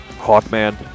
Hawkman